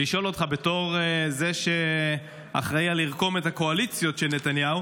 לשאול אותך בתור זה שאחראי על לרקום את הקואליציות של נתניהו,